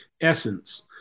essence